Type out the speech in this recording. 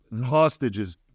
hostages